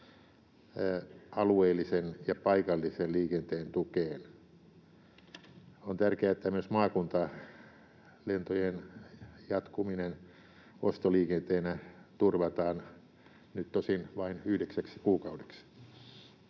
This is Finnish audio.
alueellisen ja paikallisen liikenteen tukeen. On tärkeää, että myös maakuntalentojen jatkuminen ostoliikenteenä turvataan, nyt tosin vain yhdeksäksi kuukaudeksi.